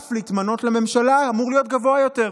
הרף להתמנות לממשלה אמור להיות גבוה יותר,